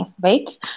right